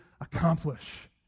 accomplish